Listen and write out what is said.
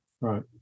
Right